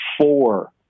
four